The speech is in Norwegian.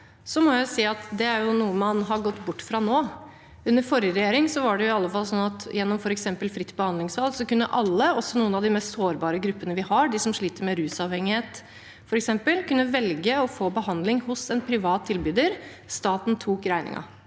må jeg jo si at det er noe man har gått bort fra nå. Under forrige regjering var det iallfall sånn at gjennom f.eks. fritt behandlingsvalg kunne alle, også noen av de mest sårbare gruppene vi har, de som sliter med rusavhengighet f.eks., velge å få behandling hos en privat tilbyder. Staten tok regningen.